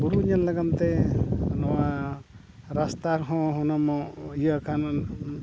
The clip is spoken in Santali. ᱵᱩᱨᱩ ᱧᱮᱞ ᱞᱟᱹᱜᱤᱫ ᱛᱮ ᱱᱚᱣᱟ ᱨᱟᱥᱛᱟ ᱨᱮᱦᱚᱸ ᱦᱩᱱᱟᱹᱝ ᱵᱚᱱ ᱤᱭᱟᱹᱜ ᱠᱷᱟᱱ